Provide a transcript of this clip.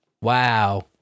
Wow